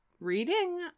reading